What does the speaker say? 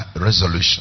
resolution